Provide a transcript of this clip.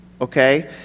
okay